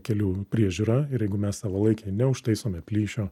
kelių priežiūra ir jeigu mes savalaikiai neužtaisome plyšio